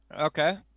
Okay